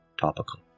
Topical